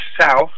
South